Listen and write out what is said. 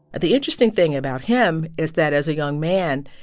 the interesting thing about him is that, as a young man,